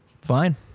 fine